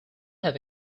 have